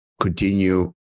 continue